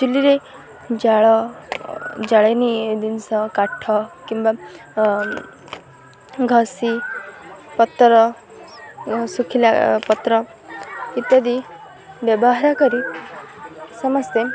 ଚୁଲିରେ ଜାଳ ଜାଳେଣୀ ଜିନିଷ କାଠ କିମ୍ବା ଘଷି ପତ୍ର ଶୁଖିଲା ପତ୍ର ଇତ୍ୟାଦି ବ୍ୟବହାର କରି ସମସ୍ତେ